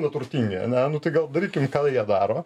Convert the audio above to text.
neturtingi ane nu tai gal darykim ką jie daro